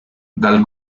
dal